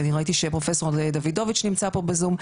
ראיתי שפרופסור דוידוביץ נמצא פה בזום,